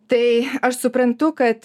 tai aš suprantu kad